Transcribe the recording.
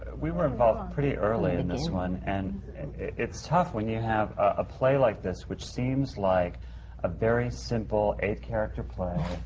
we were involved pretty early in this one. and it's tough when you have a play like this, which seems like a very simple, eight character play.